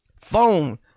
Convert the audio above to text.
phone